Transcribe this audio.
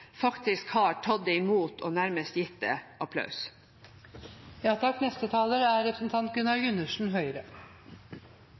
faktisk har tatt det imot og nærmest gitt det applaus. Jeg synes det er